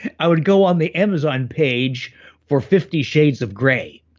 i would go on the amazon page for fifty shades of grey.